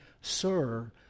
Sir